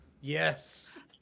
Yes